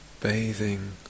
bathing